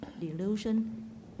delusion